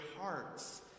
hearts